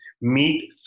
meet